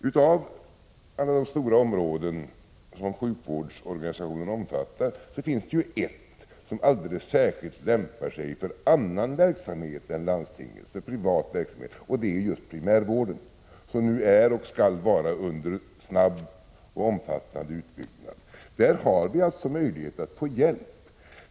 Bland alla de stora områden som sjukvårdsorganisationen omfattar finns det ett som alldeles särskilt lämpar sig för annan verksamhet än landstingets — för privat verksamhet. Det gäller just primärvården, som nu är — och skall vara — under snabb och omfattande utbyggnad. Där har vi alltså möjlighet att få hjälp.